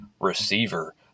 receiver